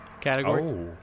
category